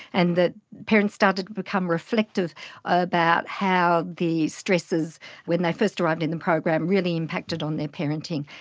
and that parents started to become reflective about how the stresses when they first arrived in the program really impacted on their parenting.